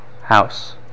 house